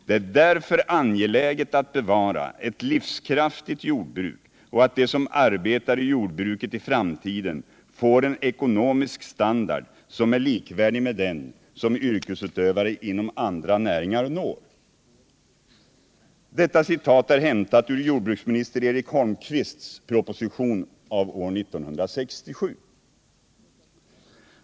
Det är därför Fredagen den angeläget att bevara ett livskraftigt jordbruk och att de som arbetar i 16 december 1977 jordbruket i framtiden får en ekonomisk standard som är likvärdig med den som yrkesutövare inom andra näringar når.” Detta citat är hämtat — Jordbrukspolitiur jordbruksminister Eric Holmqvists proposition av år 1967. ken, m.m.